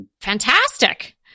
fantastic